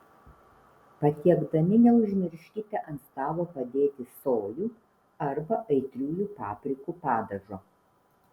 patiekdami neužmirškite ant stalo padėti sojų arba aitriųjų paprikų padažo